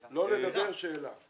לא לדבר, שאלה.